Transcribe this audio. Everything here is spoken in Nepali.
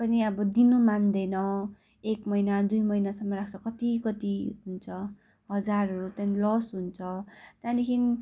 पनि अब दिनु मान्दैन एक महिना दुई महिनासम्म राख्छ कति कति हुन्छ हजारहरू त्यहाँदेखि लस हुन्छ त्यहाँदेखि